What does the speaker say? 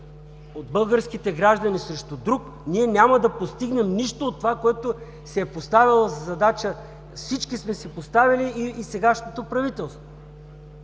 от българските граждани срещу друг, ние няма да постигнем нищо от това, което се е поставяло за задача, всички сме си поставяли, а и сегашното правителство.